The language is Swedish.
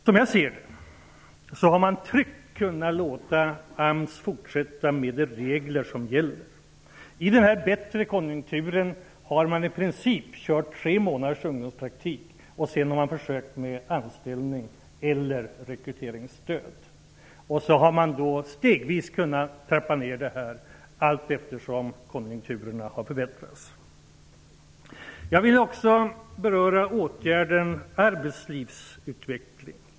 Som jag ser det hade AMS tryggt kunnat fortsätta arbeta efter de regler som gäller. I den bättre konjunkturen har ungdomspraktiken i princip gällt tre månader, därefter har man försökt med anställning eller rekryteringsstöd. Stegvis har det kunnat ske en nedtrappning allteftersom konjunkturen har förbättrats. Jag vill också beröra åtgärden arbetslivsutveckling.